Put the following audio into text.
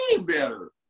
better